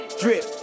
drip